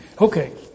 Okay